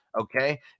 okay